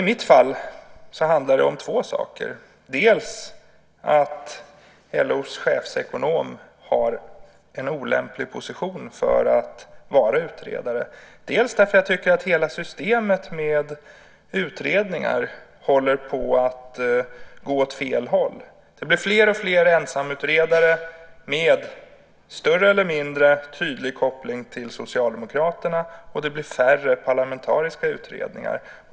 I mitt fall handlade det om två saker: dels om att LO:s chefsekonom har en olämplig position för att vara utredare, dels om att hela systemet med utredningar enligt min mening håller på att gå åt fel håll. Det blir fler och fler ensamutredare med större eller mindre tydlig koppling till Socialdemokraterna, och det blir färre parlamentariska utredningar.